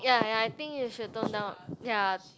ya ya I think you should tone down ya